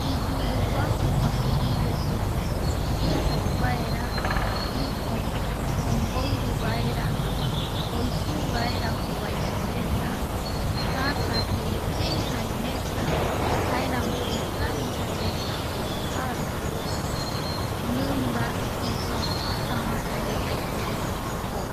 Iyuruguaju osirive supe i jou vaera i (pausa) omboiruvaera, oisu vaera jovaisoreta tätäyeye jaï reta, jaeramo ikavi jaereta ikavi okaru mimba isoo tätäva jaereta ipueretako jou.